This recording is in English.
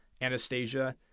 Anastasia